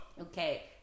Okay